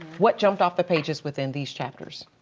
what jumped off the pages within these chapters?